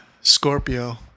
Scorpio